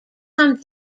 come